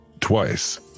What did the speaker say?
twice